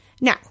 Now